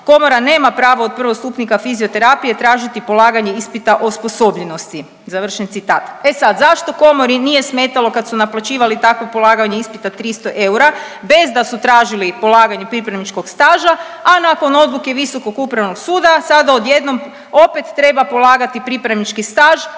Komora nema pravo od prvostupnika fizioterapije tražiti polaganje ispita osposobljenosti“, e sad zašto komori nije smetalo kad su naplaćivali takvo polaganje ispita 300 eura bez da su tražili polaganje pripravničkog staža, a nakon odluke Visokog upravnog suda sada odjednom opet treba polagati pripravnički staž